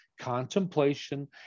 contemplation